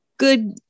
good